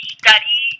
study